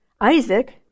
Isaac